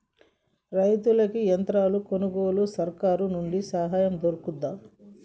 రైతులకి యంత్రాలు కొనుగోలుకు సర్కారు నుండి సాయం దొరుకుతదా?